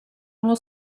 uno